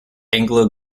anglo